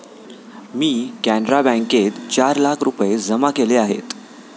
मी कॅनरा बँकेत चार लाख रुपये जमा केले आहेत